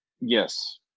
yes